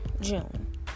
June